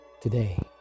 today